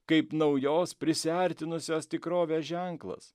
kaip naujos prisiartinusios tikrovės ženklas